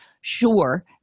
sure